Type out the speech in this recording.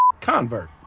convert